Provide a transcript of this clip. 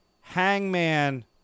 Hangman